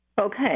Okay